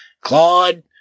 Claude